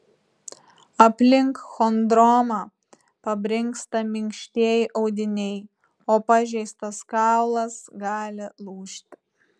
aplink chondromą pabrinksta minkštieji audiniai o pažeistas kaulas gali lūžti